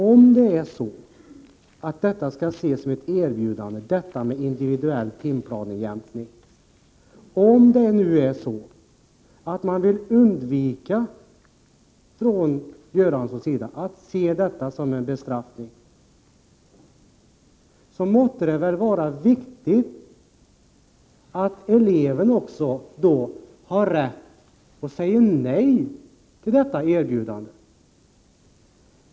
Om det är så att detta med individuell timplanejämkning skall ses som ett erbjudande och om Bengt Göransson vill undvika att se det som en bestraffning, måtte det väl vara viktigt att eleven också har rätt att säga nej till detta erbjudande.